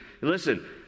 listen